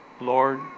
Lord